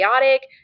chaotic